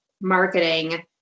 marketing